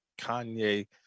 Kanye –